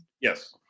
Yes